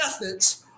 methods